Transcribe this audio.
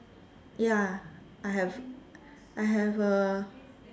ya I have I have a